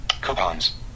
Coupons